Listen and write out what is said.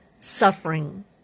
suffering